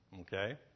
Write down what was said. okay